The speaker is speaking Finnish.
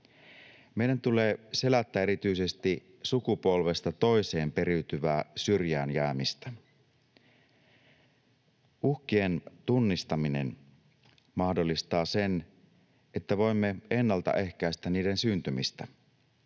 Meidän tulee selättää erityisesti sukupolvesta toiseen periytyvää syrjään jäämistä. Uhkien tunnistaminen mahdollistaa sen, että voimme ennaltaehkäistä niiden syntymistä.